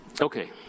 Okay